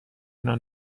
نان